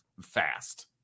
fast